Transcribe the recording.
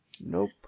Nope